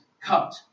cut